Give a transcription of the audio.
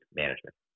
management